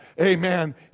amen